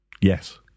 Yes